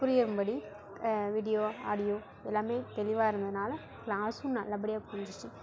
புரியும் படி video audio எல்லாமே தெளிவாக இருந்ததுனால கிளாஸ்ஸும் நல்ல படியாக புரிஞ்சிச்சு